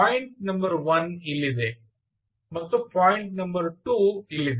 point number one ಇಲ್ಲಿದೆ ಮತ್ತು point number two ಇಲ್ಲಿದೆ